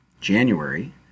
January